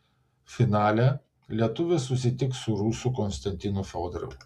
finale lietuvis susitiks su rusu konstantinu fiodorovu